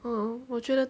um 我觉得